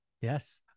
Yes